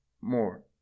more